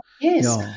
Yes